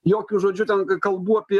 jokių žodžiu ten kalbų apie